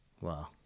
Wow